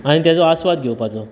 आनी तेजो आस्वाद घेवपाचो